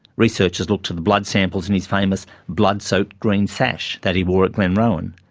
researchers looked to the blood samples in his famous blood-soaked green sash that he wore at glenrowan,